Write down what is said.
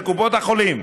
של קופות החולים,